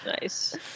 Nice